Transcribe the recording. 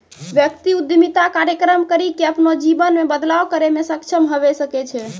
व्यक्ति उद्यमिता कार्यक्रम करी के अपनो जीवन मे बदलाव करै मे सक्षम हवै सकै छै